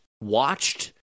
watched